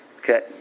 okay